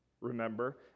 remember